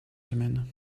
semaines